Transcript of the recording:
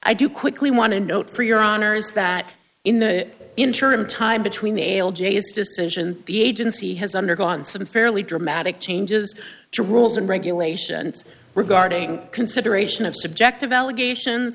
i do quickly want to note for your honour's that in the interim time between male j's decision the agency has undergone some fairly dramatic changes to rules and regulations regarding consideration of subjective allegation